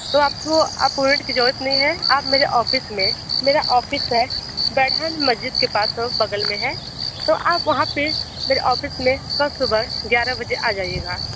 तो आपको अपॉइंटमेंट की जरूरत नहीं है आप मेरे ऑफिस में मेरा ऑफिस है बढ़ान मस्जिद के पास ओ बगल में है तो आप वहाँ पे मेरे ऑफिस में कल सुबह ग्यारह बजे आ जाइएगा